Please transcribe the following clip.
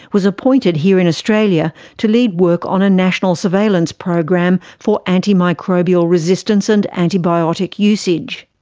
was appointed here in australia to lead work on a national surveillance program for antimicrobial resistance and antibiotic usage.